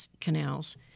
canals